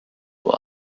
will